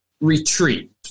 retreat